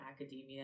academia